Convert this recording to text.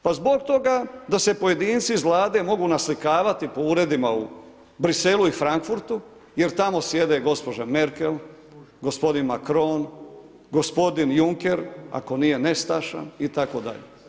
Pa zbog toga da se pojedinci iz Vlade mogu naslikavati po uredima u Bruxellesu i Frankfurtu jer tamo sjede gospođa Merkel, gospodin Macron, gospodin Juncker ako nije nestašan itd.